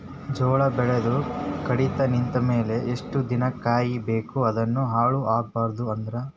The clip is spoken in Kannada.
ಜೋಳ ಬೆಳೆದು ಕಡಿತ ನಿಂತ ಮೇಲೆ ಎಷ್ಟು ದಿನ ಕಾಯಿ ಬೇಕು ಅದನ್ನು ಹಾಳು ಆಗಬಾರದು ಅಂದ್ರ?